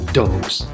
dogs